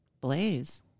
Blaze